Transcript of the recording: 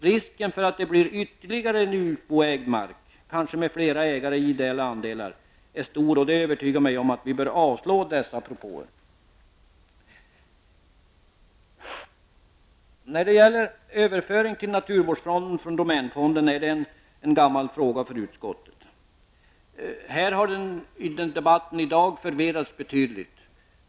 Risken för att det blir ytterligare en utboägd mark -- kanske med flera ägare i ideella andelar -- är stor, och det övertygar mig om att vi bör avslå dessa propåer. Överföring till naturvårdsfonden från domänfonden är en gammal fråga för utskottet. Debatten härom i dag har förvirrats betydligt.